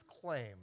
claim